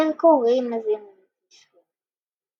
קרקורים עזים ומתמשכים,